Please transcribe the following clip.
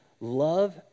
love